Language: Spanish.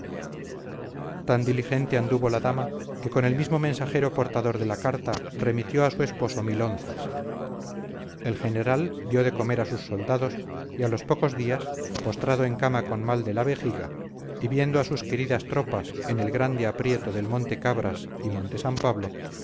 tan diligente anduvo la dama que con el mismo mensajero portador de la carta remitió a su esposo mil onzas el general dio de comer a sus soldados y a los pocos días postrado en cama con mal de la vejiga y viendo a sus queridas tropas en el grande aprieto del monte cabras y monte san pablo